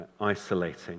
isolating